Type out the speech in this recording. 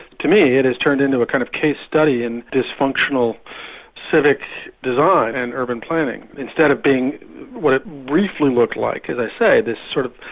to me, it has turned into a kind of case study in dysfunctional civic design, and urban planning, instead of being what it briefly looked like, as i say, this sort of,